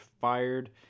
fired